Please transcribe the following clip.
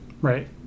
Right